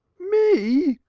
me?